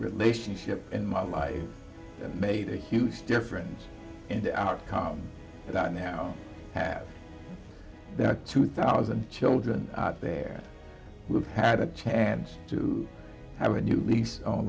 relationship in my life and made a huge difference in the outcome that now have two thousand children there we've had a chance to have a new lease on